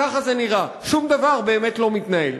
ככה זה נראה: שום דבר באמת לא מתנהל.